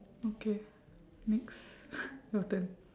okay next your turn